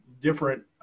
different